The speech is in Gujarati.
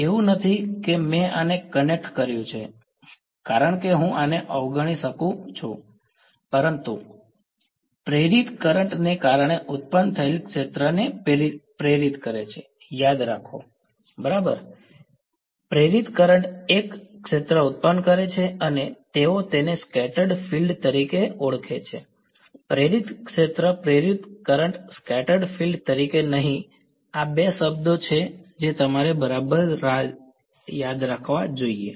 એવું નથી કે મેં આને કનેક્ટ કર્યું છે કારણ કે હું આને અવગણી શકું છું પ્રેરિત કરંટ ને કારણે ઉત્પન્ન થયેલ ક્ષેત્રને પ્રેરિત કરે છે યાદ રાખો બરાબર પ્રેરિત કરંટ એક ક્ષેત્ર ઉત્પન્ન કરે છે અને તેઓ તેને સ્કેટર્ડ ફીલ્ડ તરીકે ઓળખે છે પ્રેરિત ક્ષેત્ર પ્રેરિત કરંટ સ્કેટર્ડ ફીલ્ડ તરીકે નહીં આ બે શબ્દો છે જે તમારે બરાબર રાખવા જોઈએ